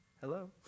Hello